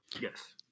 Yes